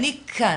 אני כאן.